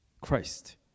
Christ